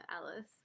Alice